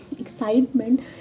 excitement